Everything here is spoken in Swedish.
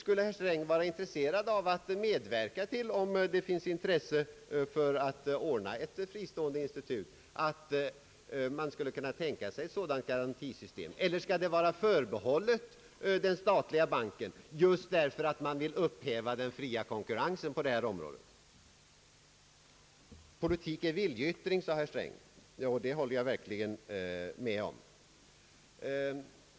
Om det finns intresse för att ordna ett fristående institut, skulle herr Sträng då vara intresserad av att medverka till skapandet av ett sådant garantisystem? Eller skall det vara förbehållet den statliga banken, just därför att man vill upphäva den fria konkurrensen på detta område? Politik är viljeyttring, sade herr Sträng, och det håller jag verkligen med om.